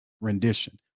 rendition